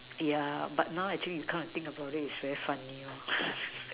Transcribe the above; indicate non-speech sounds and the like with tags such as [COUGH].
yeah but now actually you come to think about it is very funny [NOISE]